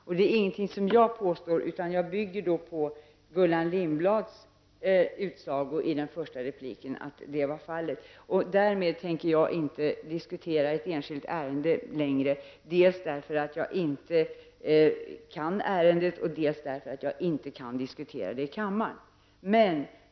Jag påstår ingenting utan bygger på Gullan Lindblads uttalande i det första anförandet att det förhöll sig så. Jag tänker inte diskutera ett enskilt ärende längre dels därför att jag inte kan ärendet, dels därför att jag inte kan diskutera det i kammaren.